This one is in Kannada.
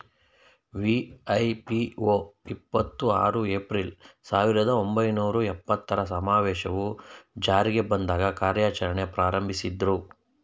ವಿ.ಐ.ಪಿ.ಒ ಇಪ್ಪತ್ತು ಆರು ಏಪ್ರಿಲ್, ಸಾವಿರದ ಒಂಬೈನೂರ ಎಪ್ಪತ್ತರ ಸಮಾವೇಶವು ಜಾರಿಗೆ ಬಂದಾಗ ಕಾರ್ಯಾಚರಣೆ ಪ್ರಾರಂಭಿಸಿದ್ರು